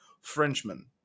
Frenchman